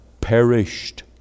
perished